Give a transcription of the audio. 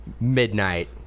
midnight